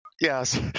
Yes